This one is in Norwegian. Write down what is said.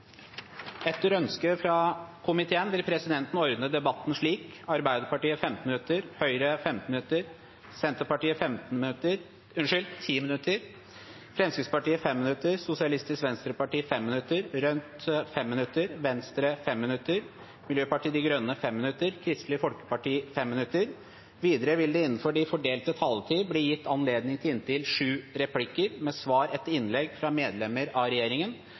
vil presidenten ordne debatten slik: Arbeiderpartiet 15 minutter, Høyre 15 minutter, Senterpartiet 10 minutter, Fremskrittspartiet 5 minutter, Sosialistisk Venstreparti 5 minutter, Rødt 5 minutter, Venstre 5 minutter, Miljøpartiet De Grønne 5 minutter og Kristelig Folkeparti 5 minutter. Videre vil det – innenfor den fordelte taletid – bli gitt anledning til inntil sju replikker med svar etter innlegg fra medlemmer av regjeringen,